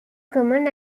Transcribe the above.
common